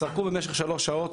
סרקו במשך שלוש שעות,